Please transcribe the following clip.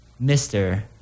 Mr